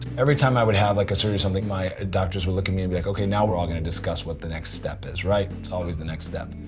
every time i would have like a certain something, my doctors would look at me and be like okay now we're all going to discuss what the next step is right? it's always the next step.